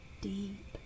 deep